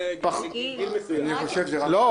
מגיל 65. לא,